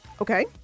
Okay